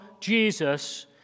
Jesus